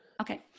Okay